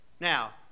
Now